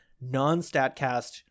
non-statcast